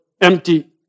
empty